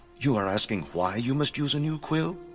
you are asking why you must use a new quill?